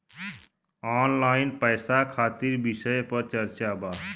Online पैसा खातिर विषय पर चर्चा वा?